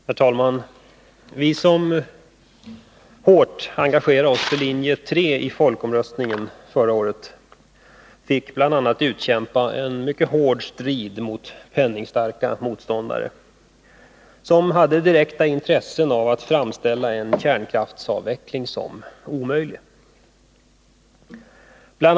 Herr talman! Vi som hårt engagerade oss för linje 3 i folkomröstningen förra året fick bl.a. utkämpa en mycket hård strid mot penningstarka motståndare som hade direkta intressen av att framställa en kärnkraftsavveckling som omöjlig. Bl.